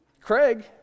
Craig